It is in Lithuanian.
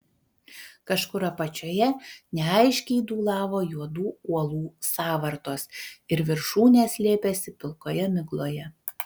kažkur apačioje neaiškiai dūlavo juodų uolų sąvartos ir viršūnės slėpėsi pilkoje migloje